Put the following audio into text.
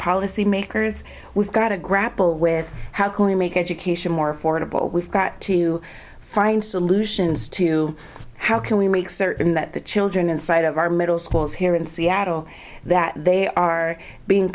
policymakers we've got to grapple with how can we make education more affordable we've got to find solutions to how can we make certain that the children inside of our middle schools here in seattle that they are being